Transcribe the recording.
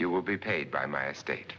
you will be paid by my estate